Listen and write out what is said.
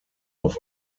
auf